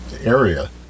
area